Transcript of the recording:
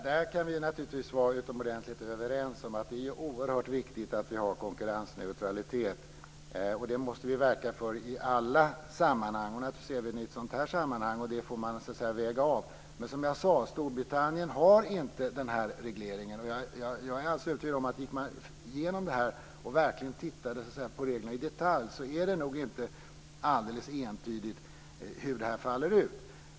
Fru talman! Vi kan naturligtvis vara utomordentligt överens om att det är oerhört viktigt att vi har konkurrensneutralitet. Det måste vi verka för i alla sammanhang, naturligtvis också i ett sådant här sammanhang. Det får man så att säga väga av. Som jag sade har Storbritannien inte den här regleringen. Jag är alldeles övertygad om att gick man igenom och verkligen undersökte reglerna i detalj skulle det nog inte vara alldeles entydigt hur det här faller ut.